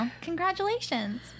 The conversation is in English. Congratulations